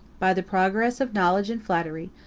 by the progress of knowledge and flattery,